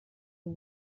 you